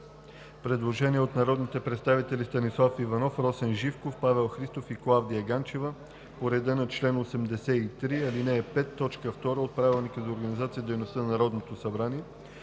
Предложение от народните представители Станислав Иванов, Росен Живков, Павел Христов и Клавдия Ганчева по реда на чл. 83, ал. 5, т. 2 от Правилника за организацията и дейността на Народното събрание.